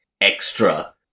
extra